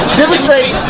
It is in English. demonstrate